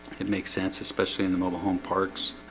it makes sense, especially in the mobile home parks.